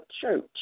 church